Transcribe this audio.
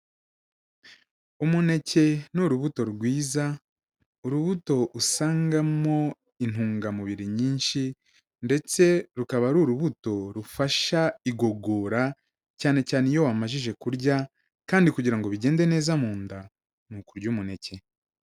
Umuneke ni urubuto rwiza, urubuto usangamo intungamubiri nyinshi, ndetse rukaba ari urubuto rufasha igogora, cyane cyane iyo wamajije kurya, kandi kugira ngo bigende neza mu nda, ni ukurya umuneke.